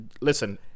Listen